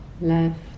left